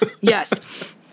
yes